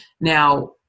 Now